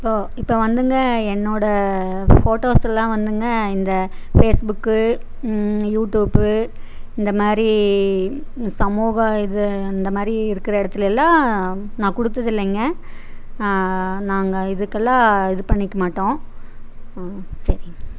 இப்போ இப்போ வந்துங்க என்னோட போட்டோஸெல்லாம் வந்துங்க இந்த ஃபேஸ்புக் யூடியூப் இந்தமாதிரி இந்த சமூக இது இந்தமாதிரி இருக்கிற இடத்துல எல்லாம் நான் கொடுத்ததுதில்லைங்க நாங்கள் இதுக்கெல்லாம் இது பண்ணிக்க மாட்டோம் சரிங்க